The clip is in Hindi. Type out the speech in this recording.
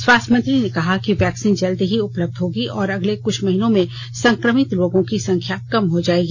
स्वास्थ्य मंत्री ने कहा कि वैक्सीन जल्द ही उपलब्ध होगी और अगले कुछ महीनों में संक्रमित लोगों की संख्या कम हो जाएगी